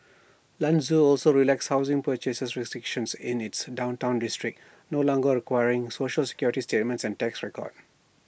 Lanzhou also relaxed housing purchase restrictions in its downtown districts no longer requiring Social Security statement and tax records